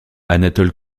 anatole